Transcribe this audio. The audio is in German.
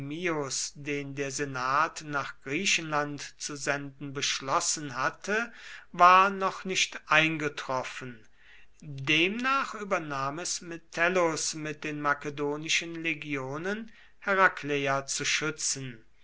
den der senat nach griechenland zu senden beschlossen hatte war noch nicht eingetroffen demnach übernahm es metellus mit den makedonischen legionen herakleia zu schützen